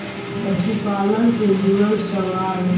पशुपालन से जुड़ल सवाल?